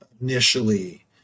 initially